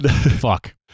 Fuck